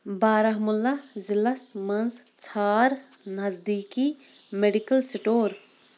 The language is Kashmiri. بارہمولہ ضلعس مَنٛز ژھار نزدیٖکی میڈیکل سٹور